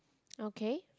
okay